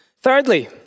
Thirdly